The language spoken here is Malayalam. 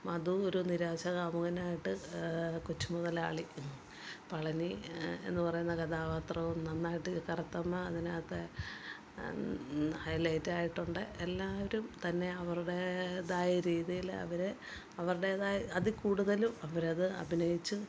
മധു ഒരു നിരാശാ കാമുകനായിട്ട് കൊച്ചുമുതലാളി പളനി എന്നുപറയുന്ന കഥാപാത്രവും നന്നായിട്ട് കറുത്തമ്മ അതിനകത്തെ ഹൈലൈറ്റായിട്ടുണ്ട് എല്ലാവരും തന്നെ അവരുടെതായ രീതിയില് അവര് അവരുടെതായ അതില് കൂടുതലും അവരത് അഭിനയിച്ച്